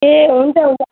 ए हुन्छ हुन्छ